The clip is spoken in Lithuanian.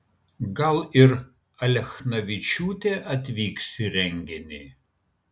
gal ir alechnavičiūtė atvyks į renginį